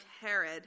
Herod